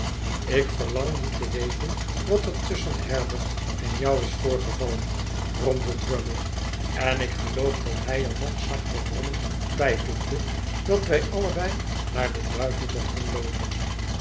ik verlang niet te weten wat er tusschen herbert en jou is voorgevallen bromde drummle en ik geloof dat hij er nog zachter brommend bijvoegde dat wij allebei naar den duivel mochten loopen